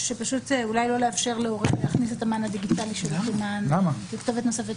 אולי לא לאפשר להורה להכניס את המען הדיגיטלי שלו ככתובת נוספת.